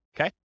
Okay